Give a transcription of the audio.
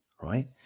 right